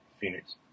Phoenix